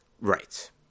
Right